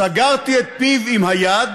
סגרתי את פיו עם היד,